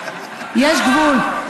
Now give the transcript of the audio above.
יש גבול,